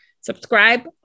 subscribe